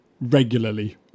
regularly